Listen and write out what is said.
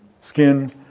skin